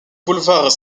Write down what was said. boulevard